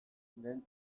den